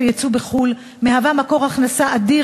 צעירים וצעירות,